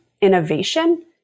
Innovation